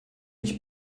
ich